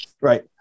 right